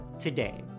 today